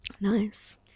Nice